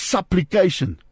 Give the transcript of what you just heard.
Supplication